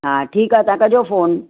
हा ठीकु आहे तव्हां कजो फोन